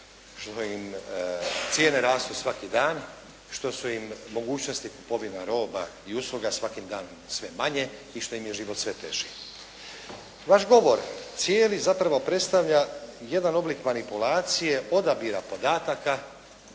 što im cijene rastu svaki dan, što su im mogućnosti kupovina roba i usluga svakim danom sve manje i što im je život sve teži. Vaš govor cijeli zapravo predstavlja jedan oblik manipulacije odabira podataka,